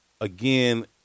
Again